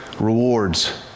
Rewards